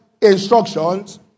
instructions